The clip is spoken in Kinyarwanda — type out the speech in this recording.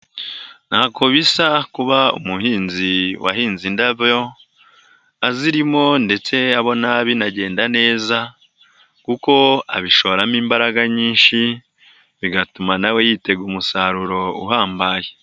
Ntako bisa kuba umuhinzi wahinze indabyo azirimo ndetse abona binagenda neza kuko abishoramo imbaraga nyinshi bigatuma na we yitega umusaruro uhambaye.